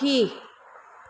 पखी